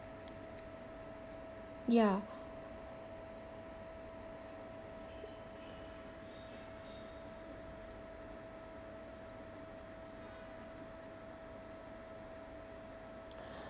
ya